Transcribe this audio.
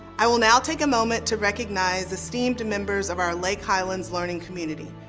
i will now take a moment to recognize esteemed members of our lake highlands' learning community.